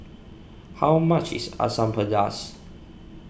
how much is Asam Pedas